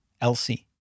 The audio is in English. Elsie